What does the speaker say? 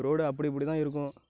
ரோடும் அப்படி இப்படிதான் இருக்கும்